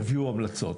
תביאו המלצות.